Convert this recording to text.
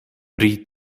pri